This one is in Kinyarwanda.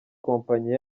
kompanyi